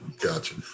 Gotcha